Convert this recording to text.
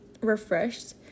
refreshed